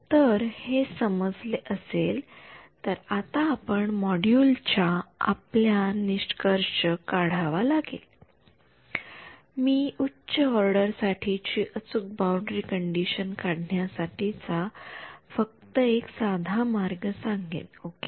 तर हे समजले असेल तर तर आता या मोड्युल चा आपल्याला निष्कर्ष काढावा लागेल मी उच्च ऑर्डर साठीची अचूक बाउंडरी कंडिशन काढण्यासाठी चा फक्त एक साधा मार्ग सांगेन ओके